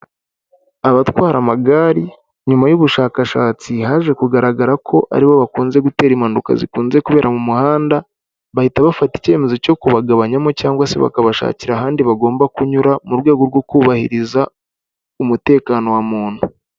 Abatwara amagare nyuma y'ubushakashatsi, haje kugaragara ko aribo bakunze gutera impanuka zikunze kubera mu muhanda, bahita bafata icyemezo cyo kubagabanyamo cyangwa se bakabashakira ahandi bagomba kunyura, mu rwego rwo kubahiriza umutekano wa muntu.